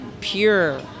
pure